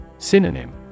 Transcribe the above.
Synonym